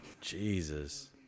Jesus